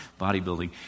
bodybuilding